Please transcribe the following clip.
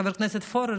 חבר הכנסת פורר,